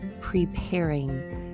preparing